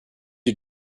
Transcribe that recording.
you